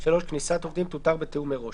כניסת עובדים תותר בתיאום מראש.